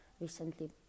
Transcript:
recently